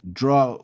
draw